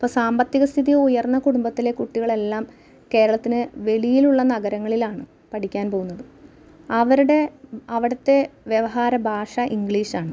ഇപ്പം സാമ്പത്തിക സ്ഥിതി ഉയർന്ന കുടുമ്പത്തിലെ കുട്ടികളെല്ലാം കേരളത്തിന് വെളിയിലുള്ള നഗരങ്ങളിലാണ് പഠിക്കാൻ പോകുന്നത് അവരുടെ അവിടുത്തെ വ്യവഹാരഭാഷ ഇംഗ്ലീഷാണ്